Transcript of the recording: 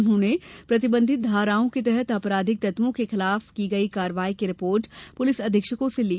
उन्होंने प्रतिबंधित धाराओं के तहत आपराधिक तत्वों के विरुद्व की गई कार्यवाही की रिपोर्ट पुलिस अधीक्षकों से ली